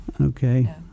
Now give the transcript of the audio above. okay